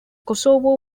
kosovo